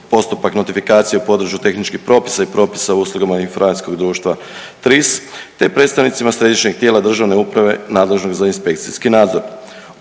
postupak notifikacije u području tehničkih propisa i propisa o uslugama … TRIS te predstavnicima Središnjeg tijela državne uprave nadležnog za inspekcijski nadzor.